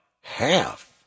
half